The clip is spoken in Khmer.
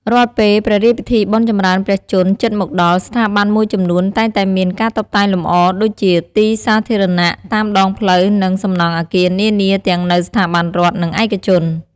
រាល់ពេល ព្រះរាជពិធីបុណ្យចម្រើនព្រះជន្ម ជិតមកដល់ ស្ថាប័នមួយចំនួនតែងតែមាន ការតុបតែងលម្អ ដូចជា ទីសាធារណៈ តាមដងផ្លូវ និង សំណង់អគារនានា ទាំងនៅ ស្ថាប័នរដ្ឋ និង ឯកជន។